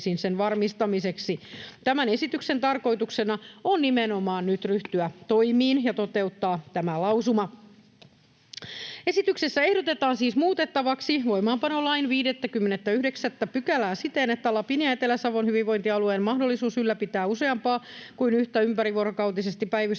Tämän esityksen tarkoituksena on nimenomaan nyt ryhtyä toimiin ja toteuttaa tämä lausuma. Esityksessä ehdotetaan siis muutettavaksi voimaanpanolain 59 §:ää siten, että Lapin ja Etelä-Savon hyvinvointialueen mahdollisuus ylläpitää useampaa kuin yhtä ympärivuorokautisesti päivystävää